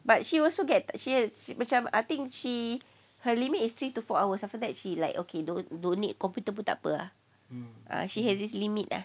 but she also get shares which I am I think she her limit is three to four hours after that she like okay don't need computer pun takpe ah she has this limit ah